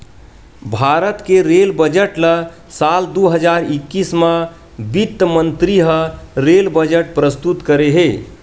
भारत के rail budget ल साल दू हजार एक्कीस म बित्त मंतरी ह रेल बजट प्रस्तुत करे हे